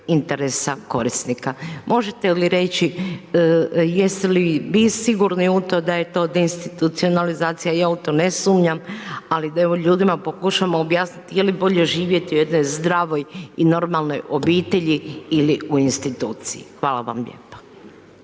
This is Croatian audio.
interesa korisnika. Možete li reći, jeste li vi sigurni u to da je to deinstitucionalizacija, ja u to ne sumnjam, ali evo, ljudima pokušavamo objasniti je li bolje živjeti u jednoj zdravoj i normalnoj obitelji ili u institucije. Hvala vam lijepo.